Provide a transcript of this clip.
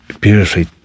beautifully